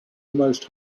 almost